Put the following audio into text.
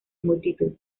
multitud